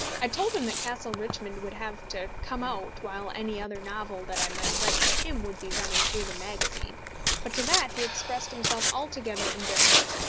i told him that castle richmond would have to come out while any other novel that i might write for him would be running through the magazine but to that he expressed himself altogether indifferent.